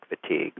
fatigue